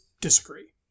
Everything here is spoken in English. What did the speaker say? disagree